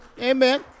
Amen